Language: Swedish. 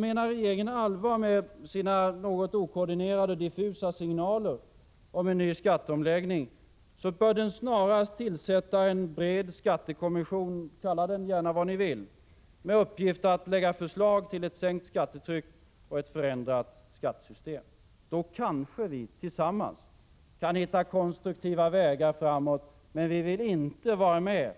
Menar regeringen allvar med sina något okoordinerade och diffusa signaler om en ny skatteomläggning bör den snarast tillsätta en bred skattekommission — kalla den vad ni vill - med uppgift att lägga fram förslag till ett sänkt skattetryck och ett förändrat skattesystem. Då kanske vi tillsammans kan hitta konstruktiva vägar framåt. Men vi vill inte vara med